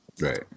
right